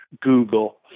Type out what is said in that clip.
Google